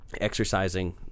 exercising